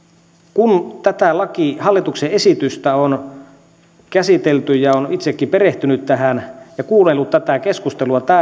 kun tätä hallituksen esitystä on käsitelty ja olen itsekin perehtynyt tähän ja kuunnellut tätä keskustelua